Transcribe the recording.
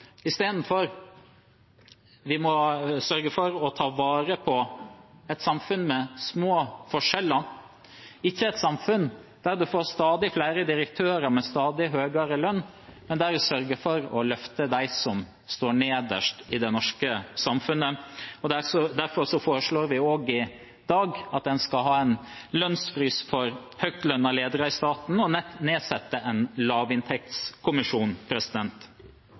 å ta vare på et samfunn med små forskjeller – ikke et samfunn der en får stadig flere direktører med stadig høyere lønn, et samfunn der vi sørger for å løfte de som er nederst i det norske samfunnet. Derfor foreslår vi i dag at en skal ha en lønnsfrys for høytlønnede ledere i staten og nedsette en lavinntektskommisjon.